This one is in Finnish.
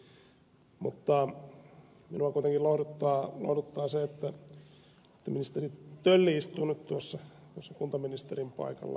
mutta minua kuitenkin lohduttaa se että ministeri tölli istuu nyt tuossa kuntaministerin paikalla